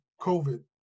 COVID